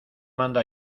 mando